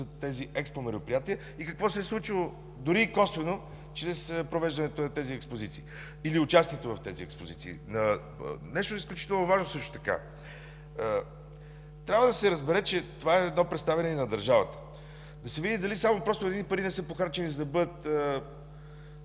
за експомероприятия и какво се е случило, дори и косвено, чрез провеждането на тези експозиции или участието в тези експозиции. Нещо изключително важно също така. Трябва да се разбере, че това е представяне и на държавата – да се види дали просто едни пари са похарчени,